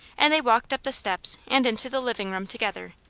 and they walked up the steps and into the living room together.